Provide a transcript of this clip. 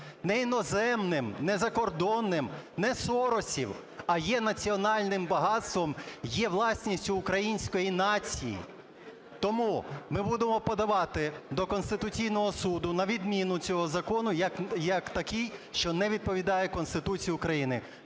Не іноземним, не закордонним, не "соросів", а є національним багатством, є власністю української нації. Тому ми будемо подавати до Конституційного Суду на відміну цього закону як такого, що не відповідає Конституції України.